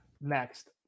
next